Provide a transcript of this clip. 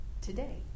today